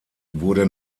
wurde